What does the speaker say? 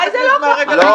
מתי זה לא ככה?